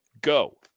go